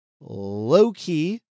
low-key